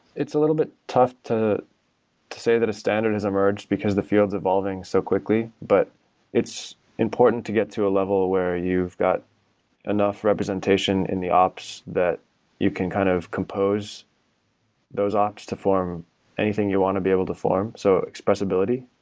it's a little bit tough to to say the a standard has emerged because the field is evolving so quickly, but it's important to get through a level where you've got enough representation in the ops that you can kind of compose those ops to form anything you want to be able to form, so expressibility.